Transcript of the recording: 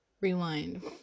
rewind